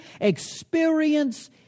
experience